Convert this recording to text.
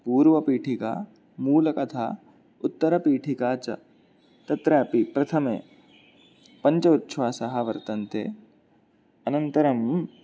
पूर्वपीठिका मूलकथा उत्तरपीठिका च तत्रापि प्रथमे पञ्च उच्छ्वासाः वर्तन्ते अनन्तरं